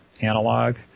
analog